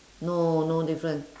no no different